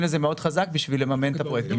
לזה מאוד חזק בשביל לממן את הפרויקטים.